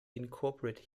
incorporate